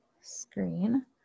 screen